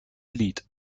lied